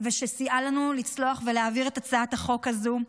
ושסייעה לנו לצלוח ולהעביר את הצעת החוק הזו,